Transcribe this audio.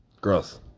gross